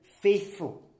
Faithful